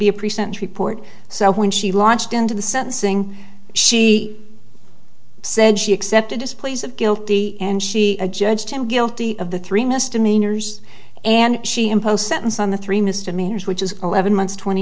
be a present report so when she launched into the sentencing she said she accepted his pleas of guilty and she a judge him guilty of the three misdemeanors and she impose sentence on the three misdemeanors which is eleven months twenty